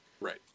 right